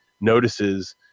notices